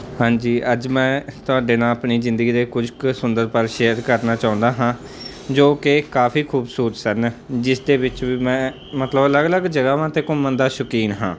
ਹਾਂਜੀ ਅੱਜ ਮੈਂ ਤੁਹਾਡੇ ਨਾਲ ਆਪਣੀ ਜ਼ਿੰਦਗੀ ਦੇ ਕੁਝ ਕੁ ਸੁੰਦਰ ਪਲ ਸ਼ੇਅਰ ਕਰਨਾ ਚਾਹੁੰਦਾ ਹਾਂ ਜੋ ਕਿ ਕਾਫੀ ਖੂਬਸੂਰਤ ਸਨ ਜਿਸ ਦੇ ਵਿੱਚ ਵੀ ਮੈਂ ਮਤਲਬ ਅਲੱਗ ਅਲੱਗ ਜਗ੍ਹਾਵਾਂ 'ਤੇ ਘੁੰਮਣ ਦਾ ਸ਼ੌਕੀਨ ਹਾਂ